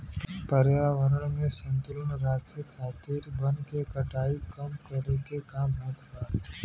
पर्यावरण में संतुलन राखे खातिर वन के कटाई कम करके काम होत बा